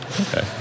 Okay